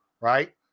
Right